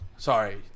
Sorry